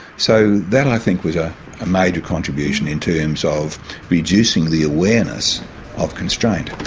so that, i think, was a major contribution in terms of reducing the awareness of constraint.